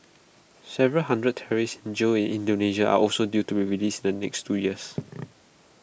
several hundred terrorists in jail in Indonesia are also due to be released the next two years